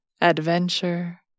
adventure